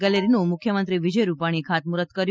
ગેલેરીનું મુખ્યમંત્રી વિજય રૂપાણીએ ખાતમુહૂર્ત કર્યું